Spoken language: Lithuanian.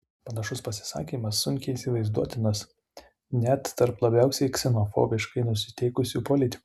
panašus pasisakymas sunkiai įsivaizduotinas net tarp labiausiai ksenofobiškai nusiteikusių politikų